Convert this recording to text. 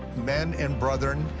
men and brethren,